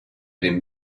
den